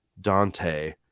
Dante